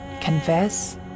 confess